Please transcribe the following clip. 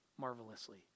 marvelously